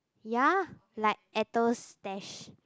ya like Stash